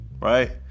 right